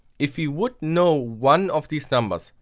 if we would know one of these numbers,